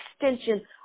extension